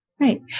Right